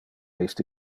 iste